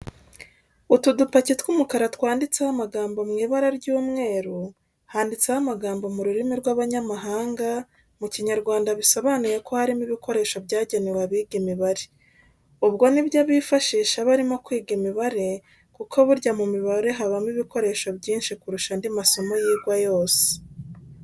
Utu dupaki tw'umukara twanditseho amagambo mu ibara ry'umweru, handitseho amagambo mu rurimi rw'abanyamahanga, mu Kinyarwanda bisobanuye ko harimo ibikoresho byagenewe abiga imibare. Ubwo ni byo bifashisha barimo kwiga imibare kuko burya mu mibare habamo ibikoresho byinshi kurusha andi masomo yigwa yose.